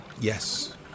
Yes